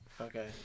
Okay